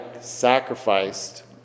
sacrificed